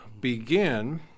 begin